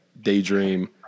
daydream